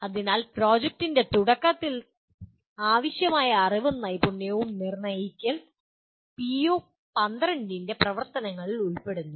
അതിനാൽ ഒരു പ്രോജക്റ്റിന്റെ തുടക്കത്തിൽ ആവശ്യമായ അറിവും നൈപുണ്യവും നിർണ്ണയിക്കൽ പിഒ12 ന്റെ പ്രവർത്തനങ്ങളിൽ ഉൾപ്പെടുന്നു